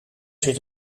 zit